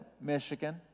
Michigan